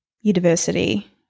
university